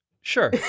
Sure